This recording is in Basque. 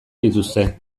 dituzte